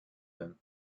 him